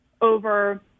over